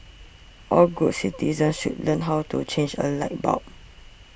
all good citizens should learn how to change a light bulb